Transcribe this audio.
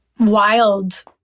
wild